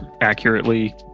accurately